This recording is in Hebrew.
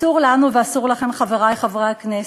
אסור לנו ואסור לכם, חברי חברי הכנסת,